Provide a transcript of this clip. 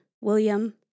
William